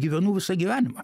gyvenu visą gyvenimą